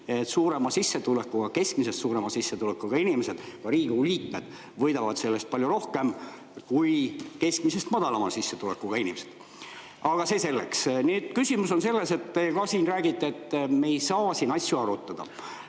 tegema nii, et keskmisest suurema sissetulekuga inimesed, ka Riigikogu liikmed, võidavad sellest palju rohkem kui keskmisest madalama sissetulekuga inimesed. Aga see selleks. Nii et küsimus on selles – te ka siin räägite sellest –, et me ei saa siin asju arutada.